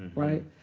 right?